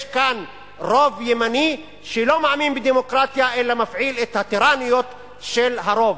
יש כאן רוב ימני שלא מאמין בדמוקרטיה אלא מפעיל את הטיראניות של הרוב.